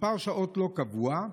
מספר שעות לא קבוע,